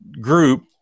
group